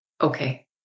okay